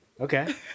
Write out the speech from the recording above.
Okay